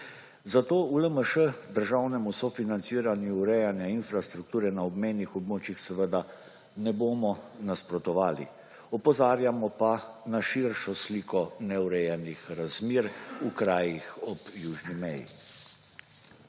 zato v LMŠ državnemu sofinanciranju urejanja infrastrukture na obmejnih območjih seveda ne bomo nasprotovali. Opozarjam pa na širšo sliko neurejenih razmer v krajih ob južni meji.